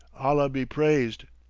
allah be praised!